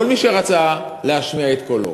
כל מי שרצה להשמיע את קולו?